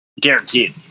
Guaranteed